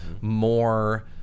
more